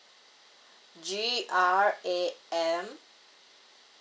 G R A M